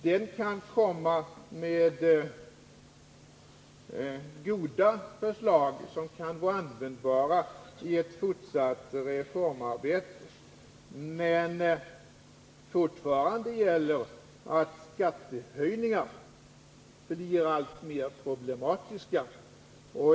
Den kan komma med goda förslag som kan vara användbara i ett fortsatt reformarbete, men fortfarande gäller att skattehöjningar blir alltmer problematiska.